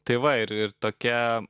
tai va ir ir tokia